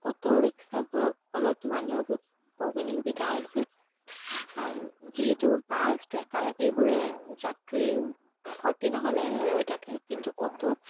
auto ৰিক্সাবোৰত ফলত মানুহৰ বহুখিনি সুবিধা হৈছে যিহেতু বাছ ট্ৰেকাৰ এইবোৰে যাত্ৰীৰ ভৰ্তি নহ'লে ৰৈ থাকে কিন্তু অটো